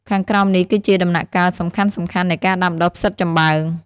ខាងក្រោមនេះគឺជាដំណាក់កាលសំខាន់ៗនៃការដាំដុះផ្សិតចំបើង